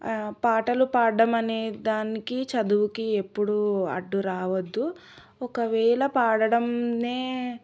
పాటలు పాడటం అనేదానికి చదువుకి ఎప్పుడు అడ్డు రావద్దు ఒకవేళ పాడడ్డాన్నే